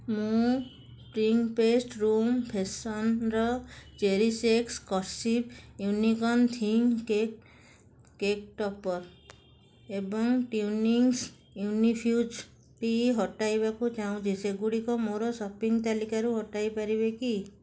ମୁଁ spring fest room freshener cherish ex cursive unicorn theme cake topper ଏବଂ Twinings infusion tea' ହଟାଇବାକୁ ଚାହୁଁଛି ସେଗୁଡ଼ିକୁ ମୋର ସପିଂ ତାଲିକାରୁ ହଟାଇ ପାରିବେ କି